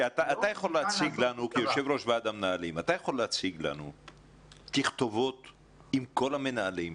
אתה יכול להציג לנו כיושב-ראש ועד המנהלים תכתובות עם כל המנהלים?